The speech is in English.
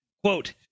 quote